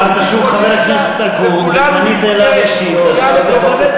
אתה מוסיף לי, כמה?